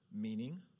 meaning